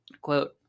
Quote